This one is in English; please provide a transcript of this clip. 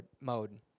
mode